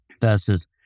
versus